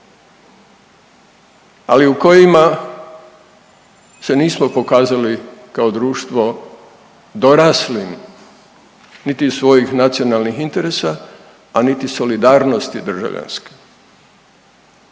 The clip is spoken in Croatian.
ali u kojima se nismo pokazali kao društvo doraslim niti svojih nacionalnih interesa, a niti solidarnosti državljanske.